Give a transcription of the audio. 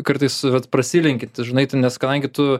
kartais vat prasilenki tai žinai ten nes kadangi tu